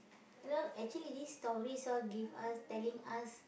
you know actually these stories all give us telling us